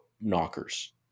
Knockers